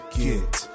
get